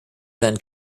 than